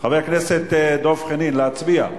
חבר הכנסת דב חנין, להצביע?